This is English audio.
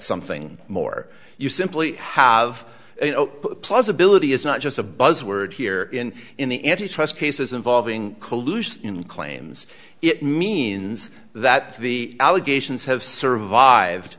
something more you simply have you know plausibility is not just a buzzword here in in the antitrust cases involving collusion claims it means that the allegations have survived